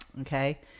okay